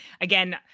again